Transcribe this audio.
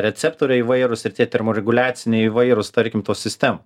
receptoriai įvairūs ir tie termoreguliaciniai įvairūs tarkim tos sistem